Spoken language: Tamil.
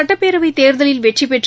சட்டப்பேரவைத் தேர்தலில் வெற்றிபெற்று